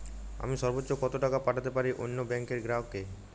আমি সর্বোচ্চ কতো টাকা পাঠাতে পারি অন্য ব্যাংক র গ্রাহক কে?